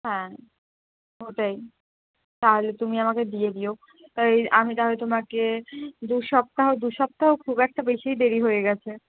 হ্যাঁ ওটাই তা হলে তুমি আমাকে দিয়ে দিও আমি তা হলে তোমাকে দু সপ্তাহ দু সপ্তাহ খুব একটা বেশিই দেরি হয়ে গিয়েছে